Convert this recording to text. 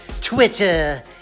Twitter